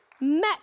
met